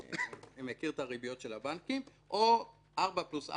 אני מכיר את הריביות של בנקים או 4% פלוס 4%,